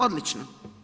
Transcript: Odlično.